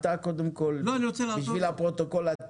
בשביל הפרוטוקול,